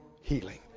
healing